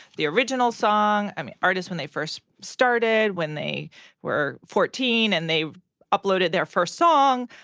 the original song. i mean, artists when they first started, when they were fourteen and they uploaded their first song.